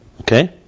Okay